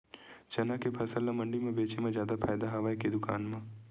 चना के फसल ल मंडी म बेचे म जादा फ़ायदा हवय के दुकान म?